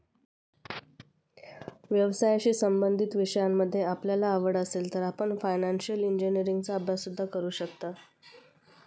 व्यवसायाशी संबंधित विषयांमध्ये आपल्याला आवड असेल तर आपण फायनान्शिअल इंजिनीअरिंगचा अभ्यास सुद्धा करू शकता